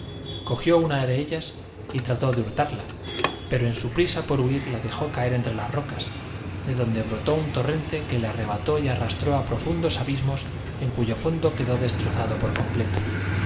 cogió una de ellas y trató de hurtarla pero en su prisa por huir la dejó caer entre las rocas de donde brotó un torrente que le arrebató y arrastró a profundos abismos en cuyo fondo quedó destrozado por completo